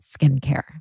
Skincare